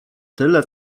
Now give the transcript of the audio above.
tyle